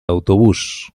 autobús